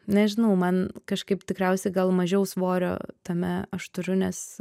nežinau man kažkaip tikriausia gal mažiau svorio tame aš turiu nes